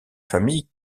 famille